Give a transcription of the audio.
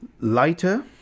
lighter